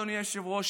אדוני היושב-ראש,